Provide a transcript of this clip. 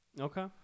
Okay